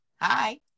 Hi